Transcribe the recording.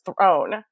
throne